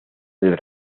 del